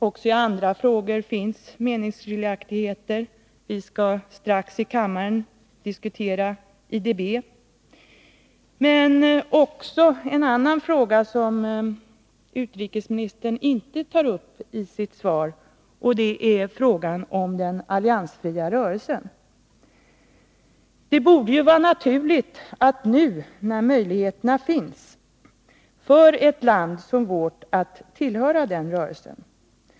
Också i andra frågor finns vissa meningsskiljaktigheter. Vi skall t.ex. snart i kammaren diskutera IDB. En fråga som utrikesministern inte tar upp i sitt svar är frågan om den alliansfria rörelsen. Det borde vara naturligt för ett land som vårt att tillhöra den rörelsen.